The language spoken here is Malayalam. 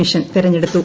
മിഷൻ തെരഞ്ഞെടുത്തു